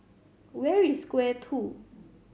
where is Square Two